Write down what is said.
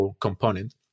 component